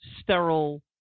sterile